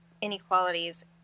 inequalities